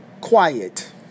quiet